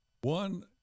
One